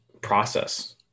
process